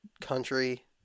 country